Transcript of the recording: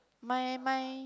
my my